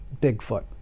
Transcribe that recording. Bigfoot